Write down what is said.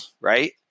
right